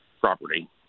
property